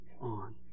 on